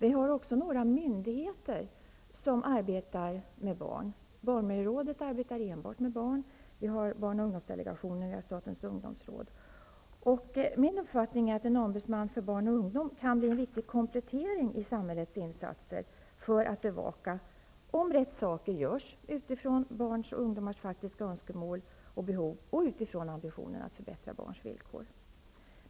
Vi har också några myndigheter som arbetar med barn. Barnmiljörådet arbetar enbart med barn. Vi har barn och ungdomsdelegationen och statens ungdomsråd. Min uppfattning är att en ombudsman för barn och ungdom kan bli en viktig komplettering i samhällets insatser för att bevaka om rätt saker görs utifrån barns och ungdomars faktiska önskemål och behov och utifrån ambitionen att förbättra barns villkor.